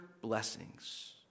blessings